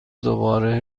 دوباره